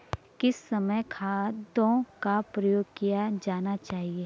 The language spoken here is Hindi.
किस समय खादों का प्रयोग किया जाना चाहिए?